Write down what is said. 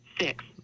six